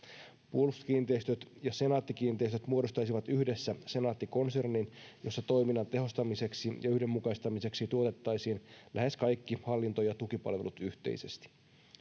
puolustuskiinteistöt ja senaatti kiinteistöt muodostaisivat yhdessä senaatti konsernin jossa toiminnan tehostamiseksi ja yhdenmukaistamiseksi tuotettaisiin lähes kaikki hallinto ja tukipalvelut yhteisesti